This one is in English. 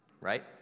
right